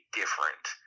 different